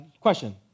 question